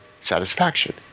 satisfaction